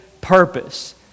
purpose